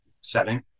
setting